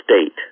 state